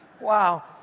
wow